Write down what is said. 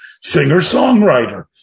singer-songwriter